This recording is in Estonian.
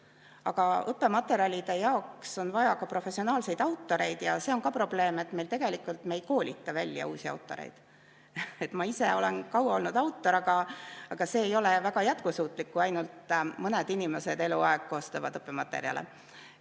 õppematerjalide jaoks on vaja professionaalseid autoreid ja see on probleem, et tegelikult me ei koolita välja uusi autoreid. Ma ise olen kaua olnud autor, aga see ei ole väga jätkusuutlik, kui ainult mõned inimesed eluaeg koostavad õppematerjale.